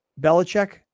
Belichick